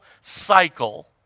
cycle